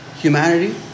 humanity